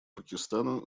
пакистана